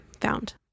found